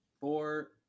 four